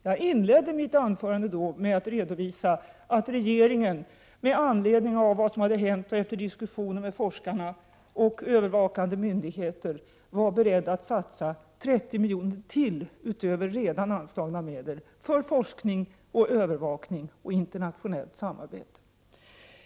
Jag inledde mitt anförande då med att redovisa att regeringen med anledning av vad som hade hänt och efter diskussioner med forskarna och övervakande myndigheter var beredd att satsa 30 milj.kr. utöver redan anslagna medel för forskning, övervakning och internationellt samarbete.